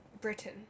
britain